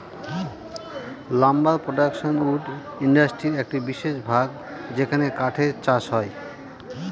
lumber production wood ইন্ডাস্ট্রির একটি বিশেষ ভাগ যেখানে কাঠের চাষ হয়